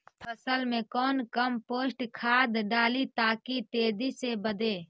फसल मे कौन कम्पोस्ट खाद डाली ताकि तेजी से बदे?